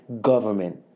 government